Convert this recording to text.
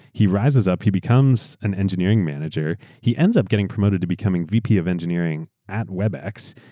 he rises up, he becomes an engineering manager. he ends up getting promoted to becoming vp of engineering at webex.